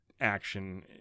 action